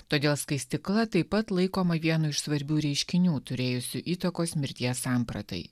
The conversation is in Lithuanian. todėl skaistykla taip pat laikoma vienu iš svarbių reiškinių turėjusių įtakos mirties sampratai